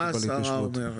מה השרה אומרת?